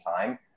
time